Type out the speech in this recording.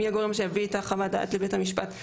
מי הגורם שיביא את חוות הדעת לבית המשפט.